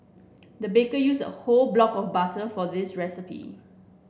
the baker used a whole block of butter for this recipe